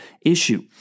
issue